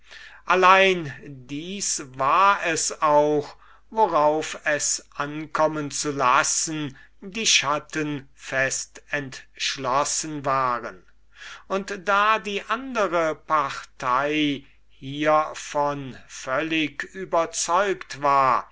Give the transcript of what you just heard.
allein dies war es auch worauf es ankommen zu lassen die schatten fest entschlossen waren und da die andere partei hievon völlig überzeugt war